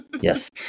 yes